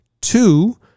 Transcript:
Two